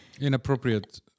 Inappropriate